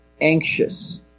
anxious